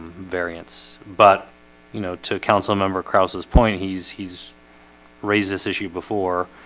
variance but you know to councilmember kraus this point he's he's raised this issue before